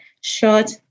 short